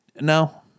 No